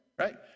right